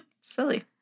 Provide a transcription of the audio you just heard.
Silly